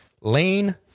Lane